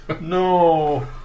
No